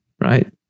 right